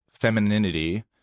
femininity